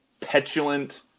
petulant